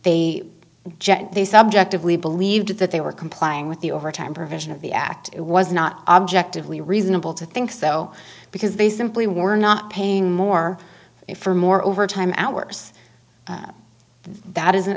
jet they subjectively believed that they were complying with the overtime provision of the act it was not objectively reasonable to think so because they simply were not paying more for more overtime hours that is